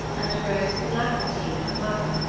and arose with alacrity when her mother,